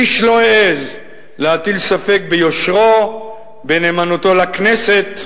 איש לא העז להטיל ספק ביושרו, בנאמנותו לכנסת,